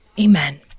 Amen